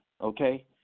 Okay